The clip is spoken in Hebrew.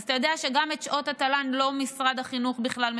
אז אתה יודע שגם את שעות התל"ן לא משרד החינוך משפה,